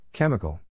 Chemical